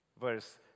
Verse